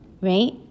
right